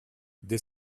dès